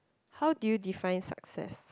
how did you define success